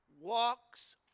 walks